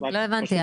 לא הבנתי.